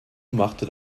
machte